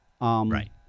Right